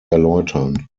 erläutern